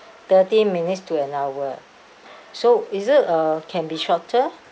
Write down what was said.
thirty minutes to an hour so is it uh can be shorter